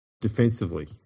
defensively